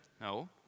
No